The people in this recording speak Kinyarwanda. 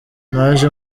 naje